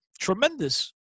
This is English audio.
tremendous